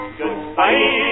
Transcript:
goodbye